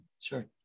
sure